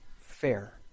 fair